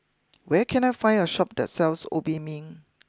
where can I find a Shop that sells Obimin